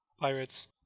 Pirates